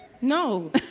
No